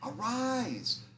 Arise